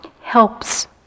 helps